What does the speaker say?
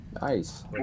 Nice